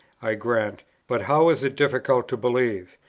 i grant but how is it difficult to believe?